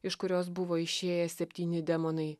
iš kurios buvo išėję septyni demonai